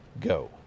go